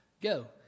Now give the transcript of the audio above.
Go